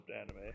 anime